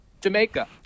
jamaica